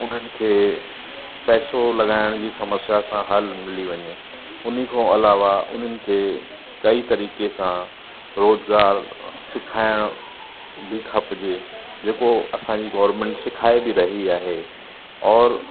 उन्हनि खे पैसो लॻाइण जी समस्या सां हल मिली वञे उनखां अलावा उन्हनि खे कई तरीक़े सां रोज़गार सिखाइण बि खपजे जेको असांजी गौरमेंट सिखाए बि रही आहे और